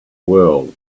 world